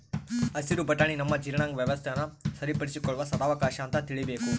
ಹಸಿರು ಬಟಾಣಿ ನಮ್ಮ ಜೀರ್ಣಾಂಗ ವ್ಯವಸ್ಥೆನ ಸರಿಪಡಿಸಿಕೊಳ್ಳುವ ಸದಾವಕಾಶ ಅಂತ ತಿಳೀಬೇಕು